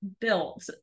built